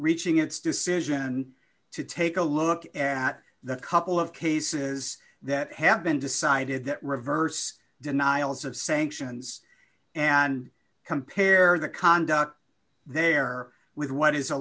reaching its decision to take a look at the couple of cases that have been decided that reverse denials of sanctions and compare the conduct there with what is a